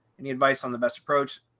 any advice on the best approach,